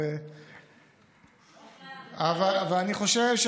אני מבין שאתם נהנים, אבל, בכלל לא.